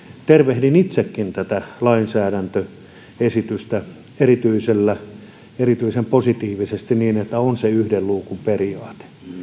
tervehdin itsekin tätä lainsäädäntöesitystä erityisen positiivisesti että on se yhden luukun periaate